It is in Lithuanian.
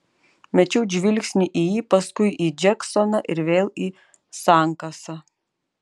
mečiau žvilgsnį į jį paskui į džeksoną ir vėl į sankasą